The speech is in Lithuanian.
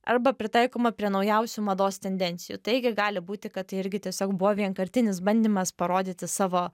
arba pritaikoma prie naujausių mados tendencijų taigi gali būti kad tai irgi tiesiog buvo vienkartinis bandymas parodyti savo